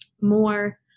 more